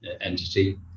entity